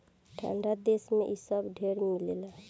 ठंडा देश मे इ सब ढेर मिलेला